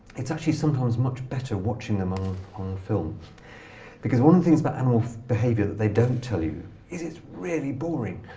it's actually sometimes much better watching them on on film. because one of the things about animal behavior that they don't tell you is it's really boring.